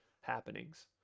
happenings